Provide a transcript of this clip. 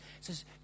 says